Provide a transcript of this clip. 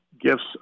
gifts